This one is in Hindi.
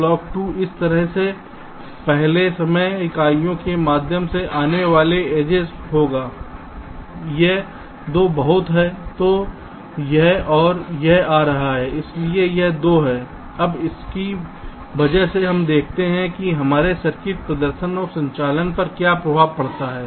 क्लॉक 2 इस तरह से पहले समय इकाइयों के माध्यम से आने वाले एजेस होगा यह 2 बहुत है तो यह और यह आ रहा है इसलिए यह 2 है अब इसकी वजह से हम देखते हैं कि हमारे सर्किट प्रदर्शन और संचालन पर क्या प्रभाव पड़ता है